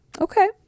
okay